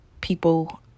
people